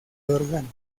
órgano